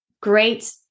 great